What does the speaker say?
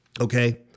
Okay